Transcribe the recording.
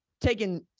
taking